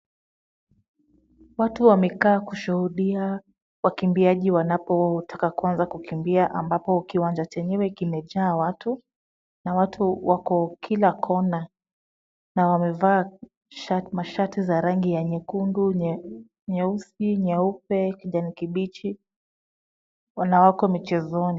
Watu wamekaa kushuhudia wakimbiaji wanapota kuanza kukimbia ambapo kiwanja chenyewe kimejaa watu na watu wako kila kona na wamevaa mashati za rangi ya nyekundu, nyeusi, nyeupe, kijani kibichi na wako michezoni.